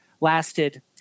lasted